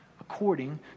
according